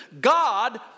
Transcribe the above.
God